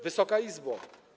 Wysoka Izbo!